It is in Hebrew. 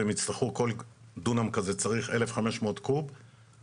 כל דונם כזה צריך אלף חמש מאות קוב,